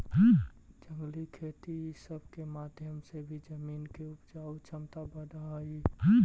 जंगली खेती ई सब के माध्यम से भी जमीन के उपजाऊ छमता बढ़ हई